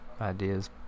ideas